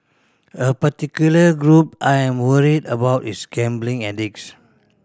a particular group I am worried about is gambling addicts